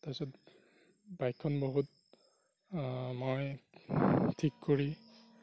তাৰপিছত বাইকখন বহুত মই ঠিক কৰি